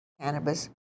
cannabis